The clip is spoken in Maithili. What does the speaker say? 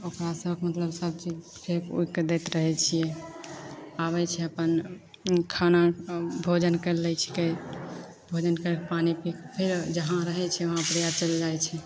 ओकरा सब मतलब सब चीज फेक ओकिके दैत रहैत छियै आबैत छै अपन खाना भोजन करि लै छीकै भोजन करिके पानि पीके फेर जहाँ रहैत छै वहाँ पर चलि जाइत छै